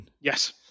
Yes